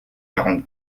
quarante